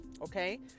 Okay